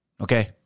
Okay